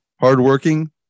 hardworking